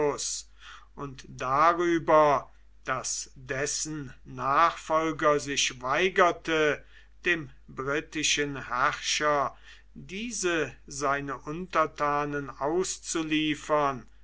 und darüber daß dessen nachfolger sich weigerte dem britischen herrscher diese seine untertanen auszuliefern